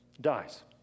dies